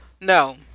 No